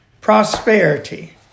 prosperity